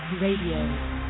Radio